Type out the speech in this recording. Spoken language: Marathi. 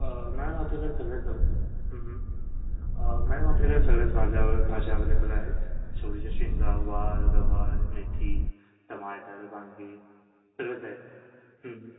आं मॅम आपल्याकडे सगळंच आहे आं मॅडम आपल्याकडे सगळ्याच भाज्या अव भाज्या अवेलेबल आहेत चवळीच्या शेंगा वाल गवार मेथी टमाटर वांगे सगळंच आहे